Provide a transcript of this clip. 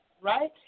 right